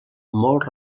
molt